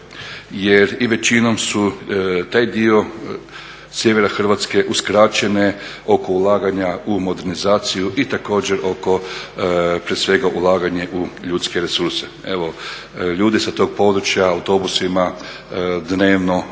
jer i većinom su taj dio sjevera Hrvatske uskraćene oko ulaganja u modernizaciju i također oko prije svega ulaganja u ljudske resurse. Evo, ljudi sa tog područja autobusima dnevno